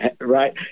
right